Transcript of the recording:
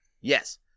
Yes